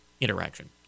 interaction